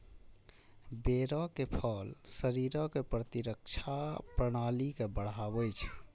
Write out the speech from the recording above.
बेरक फल शरीरक प्रतिरक्षा प्रणाली के बढ़ाबै छै